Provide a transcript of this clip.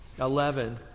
Eleven